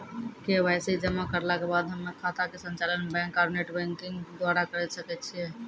KYC जमा करला के बाद हम्मय खाता के संचालन बैक आरू नेटबैंकिंग द्वारा करे सकय छियै?